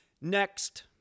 Next